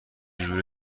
ژوله